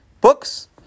books